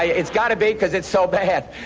ah it's gotta be cause it's so bad.